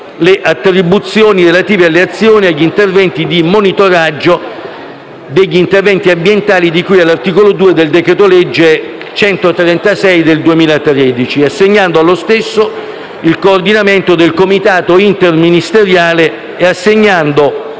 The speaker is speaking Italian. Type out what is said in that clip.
le attribuzioni relative alle azioni e agli interventi di monitoraggio degli interventi ambientali di cui all'articolo 2 del decreto-legge n. 136 del 2013, assegnando allo stesso il coordinamento del Comitato interministeriale e assegnando